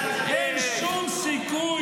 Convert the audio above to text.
אין שום סיכוי,